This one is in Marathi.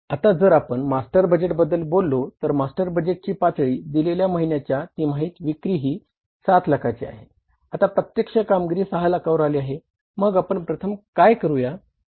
आता जर आपण मास्टर बजेटबद्दल बोललो तर मास्टर बजेटची पातळीमध्ये दिलेल्या महिन्याच्या तिमाहीत विक्री ही 7लाखाची आहे आता प्रत्यक्ष कामगिरी 6 लाखांवर आली आहे मग आपण प्रथम काय करूया